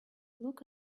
look